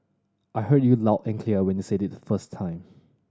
I heard you loud and clear when you said it the first time